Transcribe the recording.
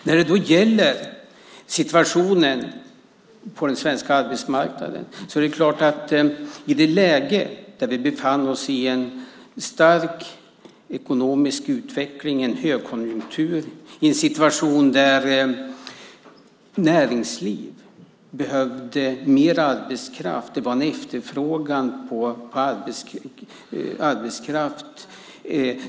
När det gäller situationen på den svenska arbetsmarknaden befann vi oss i ett läge med stark ekonomisk utveckling i en högkonjunktur. Det var en situation där näringslivet behövde mer arbetskraft och det var en efterfrågan på arbetskraft.